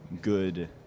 good